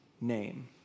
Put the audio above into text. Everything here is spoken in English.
name